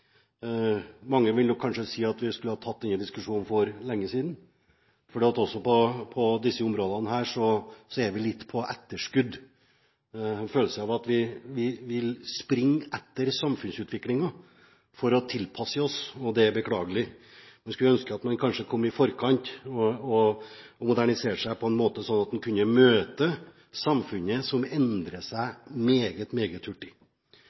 Mange vil nok si at vi skulle ha tatt denne diskusjonen for lenge siden, for også på disse områdene er vi litt på etterskudd. Jeg har en følelse av at vi springer etter samfunnsutviklingen for å tilpasse oss, og det er beklagelig. Jeg skulle ønske at man kanskje kom i forkant og moderniserte seg på en måte så man kunne møte samfunnet, som endrer seg meget, meget hurtig.